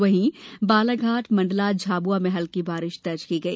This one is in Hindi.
वहीं बालाघाट मंडल झाबुआ में हल्की बारिश दर्ज की गई